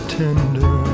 tender